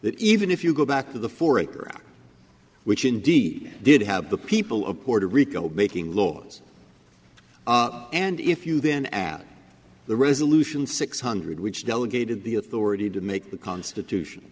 that even if you go back to the four acre act which indeed did have the people of puerto rico making laws and if you then add the resolution six hundred which delegated the authority to make the constitution